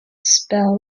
spell